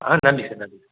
ஆ நன்றி சார் நன்றி சார்